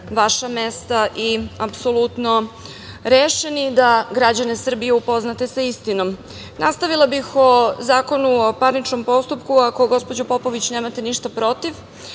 vaša mesta i apsolutno rešeni da građane Srbije upoznate sa istinom. Nastavila bih o Zakonu o parničnom postupku, ako gospođo Popović nemate ništa protiv. Ja